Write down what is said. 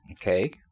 Okay